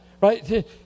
right